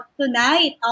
tonight